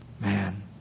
Man